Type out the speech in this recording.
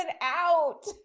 out